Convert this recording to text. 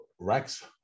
Rex